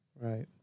right